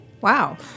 Wow